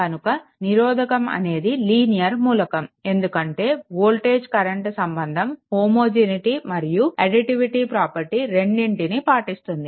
కనుక నిరోధకం అనేది లీనియర్ మూలకం ఎందుకంటే వోల్టేజ్ కరెంట్ సంబంధం హోమోజినీటి మరియు అడ్డిటివిటీ ప్రాపర్టీ రెండిటినీ పాటిస్తుంది